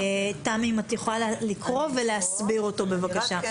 תמי, אם את יכולה לקרוא ולהסביר אותו בבקשה.